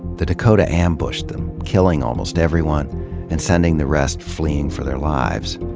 the dakota ambushed them, killing almost everyone and sending the rest fleeing for their lives.